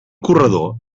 corredor